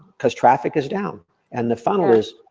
cause traffic is down and the funnel is,